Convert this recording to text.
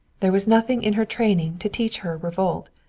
there was nothing in her training to teach her revolt.